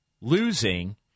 losing